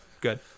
good